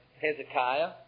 Hezekiah